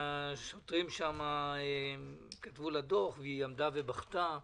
השוטרים כתבו לה דוח והיא עמדה ובכתה.